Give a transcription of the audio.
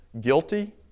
guilty